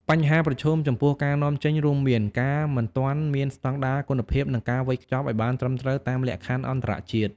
បញ្ហាប្រឈមចំពោះការនាំចេញរួមមាន ការមិនទាន់មានស្តង់ដារគុណភាព និងការវេចខ្ចប់ឲ្យបានត្រឹមត្រូវតាមលក្ខខណ្ឌអន្តរជាតិ។